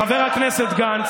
חבר הכנסת גנץ,